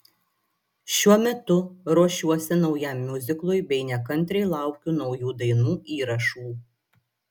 šiuo metu ruošiuosi naujam miuziklui bei nekantriai laukiu naujų dainų įrašų